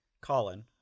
Colin